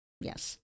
Yes